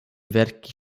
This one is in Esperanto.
verki